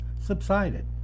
subsided